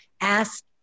ask